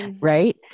right